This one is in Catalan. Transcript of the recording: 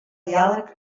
diàleg